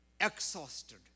exhausted